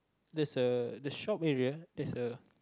there's a the shop area there's a